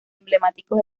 emblemáticos